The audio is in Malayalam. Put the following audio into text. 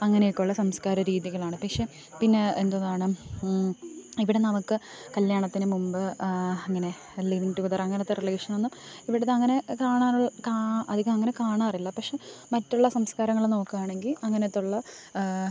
അങ്ങനെയൊക്കെയുള്ള സംസ്കാര രീതികളാണ് പക്ഷേ പിന്നെ എന്തോന്നാണ് ഇവിടെ നമുക്ക് കല്യാണത്തിന് മുമ്പ് ഇങ്ങനെ ലിവിങ് ടുഗതർ അങ്ങനത്തെ റിലേഷനൊന്നും ഇവിടെ അങ്ങനെ കാണാനൊള് കാ അധികം അങ്ങനെ കാണാറില്ല പക്ഷേ മറ്റുള്ള സംസ്കാരങ്ങള് നോക്കുകയാണെങ്കിൽ അങ്ങനത്തെ ഉള്ള